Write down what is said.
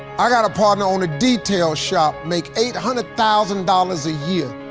i got a partner own a detail shop, make eight hundred thousand dollars a year.